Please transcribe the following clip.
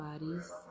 bodies